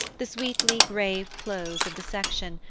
the sweetly grave close of the section,